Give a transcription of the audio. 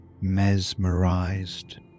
mesmerized